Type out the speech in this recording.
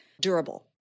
durable